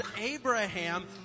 abraham